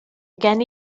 gen